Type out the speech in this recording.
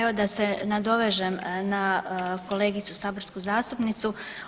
Evo da se nadovežem na kolegicu saborsku zastupnicu.